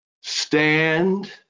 Stand